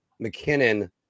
mckinnon